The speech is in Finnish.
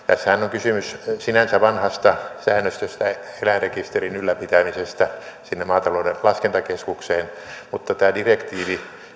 tässähän on kysymys sinänsä vanhasta säännöstöstä eläinrekisterin ylläpitämisestä sinne maatalouden laskentakeskukseen mutta tämä direktiivi